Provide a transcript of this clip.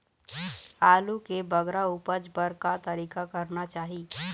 आलू के बगरा उपज बर का तरीका करना चाही?